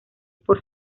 por